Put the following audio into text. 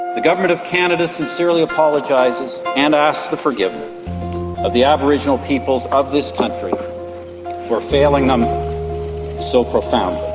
the government of canada sincerely apologises and asks the forgiveness of the aboriginal peoples of this country for failing them so profoundly.